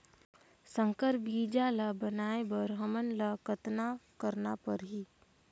संकर बीजा ल बनाय बर हमन ल कतना करना परही?